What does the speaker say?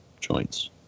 joints